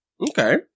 okay